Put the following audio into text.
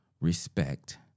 respect